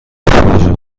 پروژه